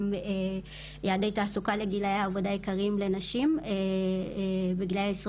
גם יעדי התעסוקה לגילאי העבודה העיקריים לנשים בגילאי עשרים